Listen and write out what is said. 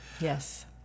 yes